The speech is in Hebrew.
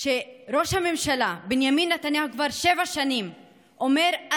כשראש הממשלה בנימין נתניהו כבר שבע שנים אומר: